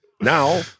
now